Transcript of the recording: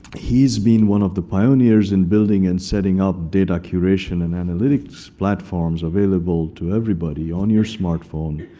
he's been one of the pioneers in building and setting up data curation and analytics platforms, available to everybody on your smartphone,